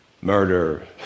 murder